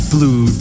Blue